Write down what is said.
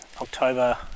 October